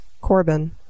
Corbin